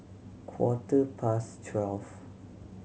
quarter past twelve